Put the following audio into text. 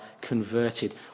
converted